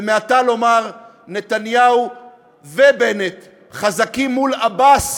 ומעתה לומר: "נתניהו ובנט חזקים מול עבאס